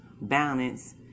balance